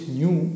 new